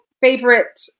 favorite